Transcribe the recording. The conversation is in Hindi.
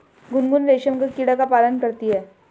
गुनगुन रेशम का कीड़ा का पालन करती है